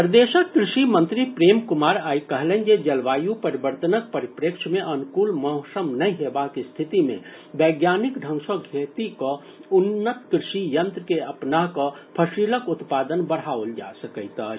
प्रदेशक कृषि मंत्री प्रेम कुमार आइ कहलनि जे जलवायु परिवर्तनक परिप्रेक्ष्य मे अनुकूल मौसम नहि हेबाक स्थिति मे वैज्ञानिक ढंग सॅ खेती कऽ आ उन्नत कृषि यंत्र के अपना कऽ फसिलक उत्पादन बढ़ाओल जा सकैत अछि